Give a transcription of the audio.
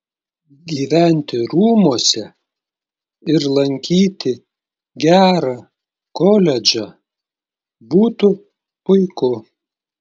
gyventi rūmuose ir lankyti gerą koledžą būtų puiku